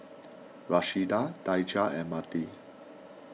Rashida Daijah and Marty